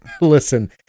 Listen